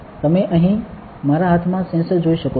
તમે અહીં મારા હાથમાં સેન્સર જોઈ શકો છો